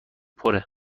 پره